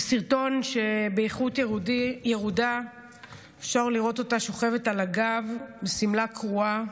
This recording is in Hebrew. בסרטון באיכות ירודה אפשר לראות אותה שוכבת על הגב עם שמלה קרועה,